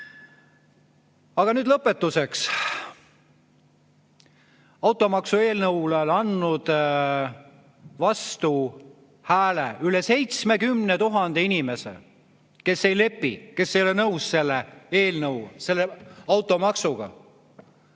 Aga nüüd lõpetuseks: automaksu eelnõule on andnud vastuhääle üle 70 000 inimese, kes ei lepi, kes ei ole nõus selle eelnõu,